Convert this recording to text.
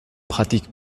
pratique